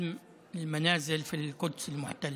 (אומר בערבית: הריסת בתים באל-קודס הכבושה,